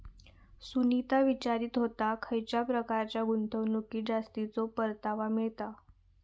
सुनीता विचारीत होता, खयच्या प्रकारच्या गुंतवणुकीत जास्तीचो परतावा मिळता?